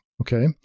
Okay